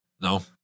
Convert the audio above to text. No